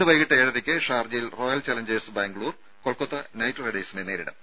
ഇന്ന് വൈകിട്ട് ഏഴരയ്ക്ക് ഷാർജയിൽ royal challengers Bangalore Kolkata knight റൈഡേഴ്സിനെ നേരിടും